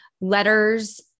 letters